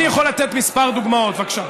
אני יכול לתת כמה דוגמאות, בבקשה.